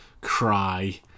cry